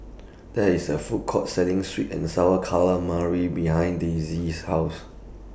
There IS A Food Court Selling Sweet and Sour Calamari behind Daisey's House